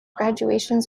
graduations